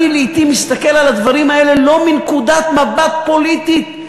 אני לעתים מסתכל על הדברים האלה לא מנקודת מבט פוליטית,